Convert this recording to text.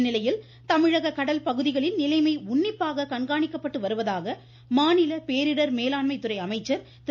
இந்நிலையில் தமிழக கடல் பகுதிகளில் நிலைமை உன்னிப்பாக கண்காணிப்பட்டு வருவதாக மாநில பேரிடர் மேலாண்மை துறை அமைச்சர் திரு